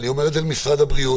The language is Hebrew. אני אומר את זה למשרד הבריאות,